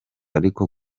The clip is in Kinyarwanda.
ariko